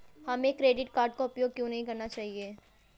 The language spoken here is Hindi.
हमें क्रेडिट कार्ड का उपयोग क्यों नहीं करना चाहिए?